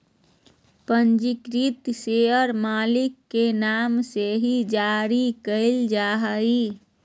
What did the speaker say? पंजीकृत शेयर मालिक के नाम से ही जारी क़इल जा हइ